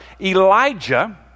Elijah